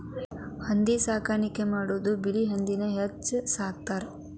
ಹಂದಿ ಸಾಕಾಣಿಕೆನ ಮಾಡುದು ಬಿಳಿ ಹಂದಿನ ಹೆಚ್ಚ ಸಾಕತಾರ